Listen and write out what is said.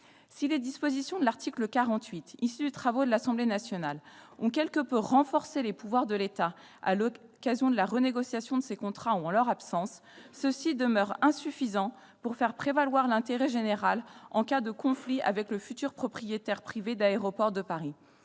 Si les dispositions de l'article 48 issues des travaux de l'Assemblée nationale ont quelque peu renforcé les pouvoirs de l'État à l'occasion de la renégociation de ces contrats ou en leur absence, ceux-ci demeurent insuffisants pour faire prévaloir l'intérêt général en cas de conflit avec le futur propriétaire privé d'Aéroports de Paris.